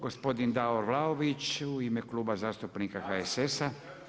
Gospodin Davor Vlaović u ime Kluba zastupnika HSS-a.